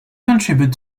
contribute